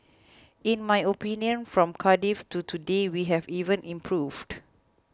in my opinion from Cardiff to today we have even improved